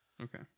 Okay